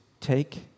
take